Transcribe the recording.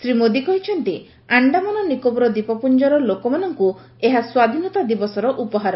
ଶ୍ରୀ ମୋଦୀ କହିଛନ୍ତି ଆଣ୍ଡାମାନ ନିକୋବର ଦ୍ୱୀପପୁଞ୍ଜର ଲୋକମାନଙ୍କୁ ଏହା ସ୍ୱାଧୀନତା ଦିବସର ଉପହାର